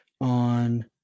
on